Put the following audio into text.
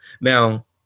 Now